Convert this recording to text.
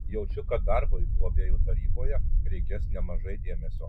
jaučiu kad darbui globėjų taryboje reikės nemažai dėmesio